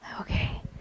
Okay